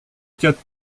quatre